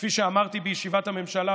כפי שאמרתי בישיבת הממשלה,